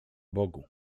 bogu